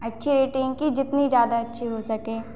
अच्छी रेटिंग की जितनी ज़्यादा अच्छी हो सके